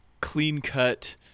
clean-cut